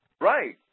Right